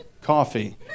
Coffee